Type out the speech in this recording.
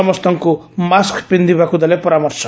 ସମସ୍ତଙ୍କୁ ମାସ୍କ ପିନ୍ଧିବାକୁ ଦେଲେ ପରାମଶର୍ଅ